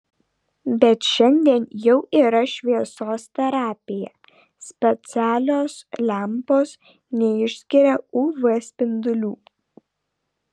bet šiandien jau yra šviesos terapija specialios lempos neišskiria uv spindulių